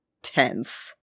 tense